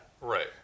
Right